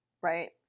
right